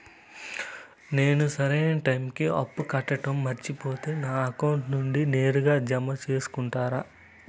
నేను సరైన టైముకి అప్పు కట్టడం మర్చిపోతే నా అకౌంట్ నుండి నేరుగా జామ సేసుకుంటారా?